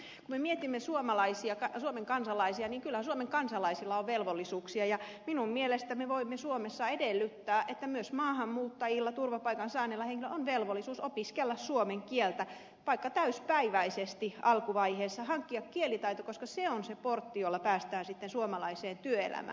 kun me mietimme suomen kansalaisia niin kyllähän suomen kansalaisilla on velvollisuuksia ja minun mielestäni me voimme suomessa edellyttää että myös maahanmuuttajilla turvapaikan saaneilla henkilöillä on velvollisuus opiskella suomen kieltä vaikka täysipäiväisesti alkuvaiheessa hankkia kielitaito koska se on se portti jolla päästään sitten suomalaiseen työelämään